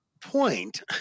point